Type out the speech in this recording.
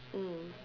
mm